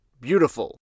beautiful